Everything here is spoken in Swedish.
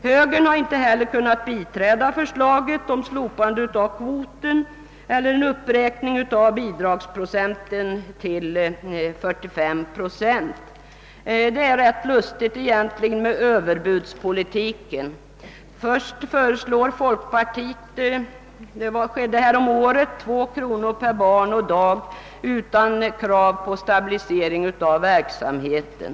Högerledamöterna har inte heller kunnat biträda förslaget om ett slopande av kvotregeln eller om en uppräkning av statsbidragsprocenten till 45. Det är egentligen rätt lustigt med den överbudspolitik som har förekommit i detta sammanhang. Först föreslog folkpartiet häromåret ett statsbidrag på 2 kronor per barn och dag utan krav på stabilisering av verksamheten.